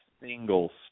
single